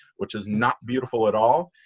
which is not beautiful at all.